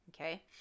Okay